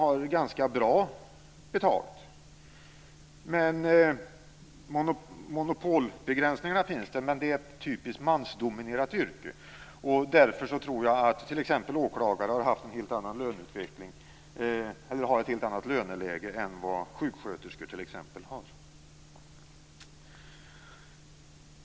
Ett exempel är åklagarna. Monopolbegränsningarna finns där, men det är ett typiskt mansdominerat yrke. Därför tror jag att t.ex. åklagare har ett helt annat löneläge än vad t.ex. sjuksköterskor har.